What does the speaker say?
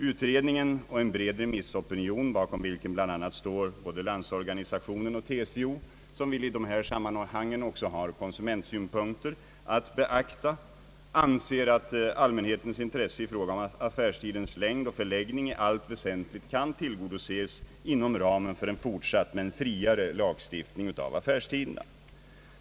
Utredningen och en bred remissopinion — bakom vilken bl.a. står LO och TCO som i dessa sammanhang också har konsumentsynpunkter att bevaka — anser att allmänhetens intresse i fråga om affärstidens längd och förläggning i allt väsentligt kan tillgodoses inom ramen för en fortsatt men friare lagstiftning av affärstiden.